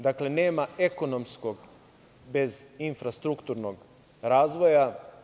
Dakle, nema ekonomskog bez infrastrukturnog razvoja.